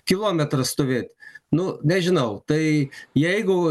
kilometrą stovėt nu nežinau tai jeigu